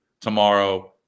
tomorrow